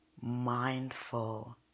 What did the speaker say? mindful